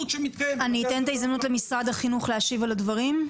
אתן את ההזדמנות למשרד החינוך להשיב על הדברים.